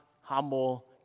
humble